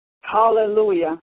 Hallelujah